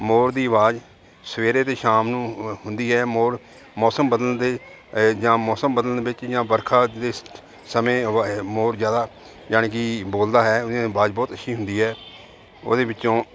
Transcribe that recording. ਮੋਰ ਦੀ ਆਵਾਜ਼ ਸਵੇਰੇ ਅਤੇ ਸ਼ਾਮ ਨੂੰ ਹੁੰਦੀ ਹੈ ਮੋਰ ਮੌਸਮ ਬਦਲਣ ਦੇ ਜਾਂ ਮੌਸਮ ਬਦਲਣ ਵਿੱਚ ਜਾਂ ਬਰਖਾ ਦੇ ਸਮੇਂ ਮੋਰ ਜ਼ਿਆਦਾ ਜਾਨੀ ਕਿ ਬੋਲਦਾ ਹੈ ਉਹਦੀ ਅਵਾਜ਼ ਬਹੁਤ ਅੱਛੀ ਹੁੰਦੀ ਹੈ ਉਹਦੇ ਵਿੱਚੋਂ